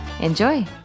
Enjoy